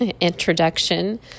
introduction